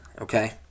okay